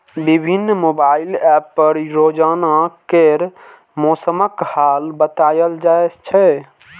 विभिन्न mobile app पर रोजाना केर मौसमक हाल बताएल जाए छै